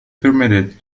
permitted